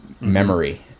memory